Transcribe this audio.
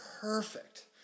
perfect